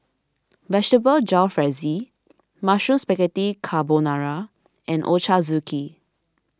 Vegetable Jalfrezi Mushroom Spaghetti Carbonara and Ochazuke